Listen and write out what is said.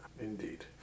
Indeed